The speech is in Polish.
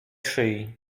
szyi